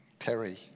Terry